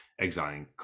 exiling